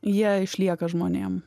jie išlieka žmonėm